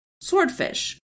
Swordfish